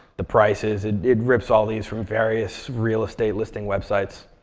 the prices, it it rips all these from various real estate listing websites.